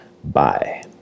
Bye